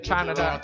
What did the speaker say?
Canada